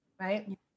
Right